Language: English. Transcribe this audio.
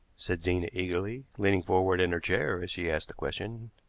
said zena eagerly, leaning forward in her chair as she asked the question.